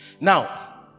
Now